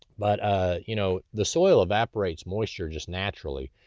but ah you know the soil evaporates moisture just naturally.